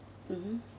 mmhmm